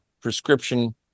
prescription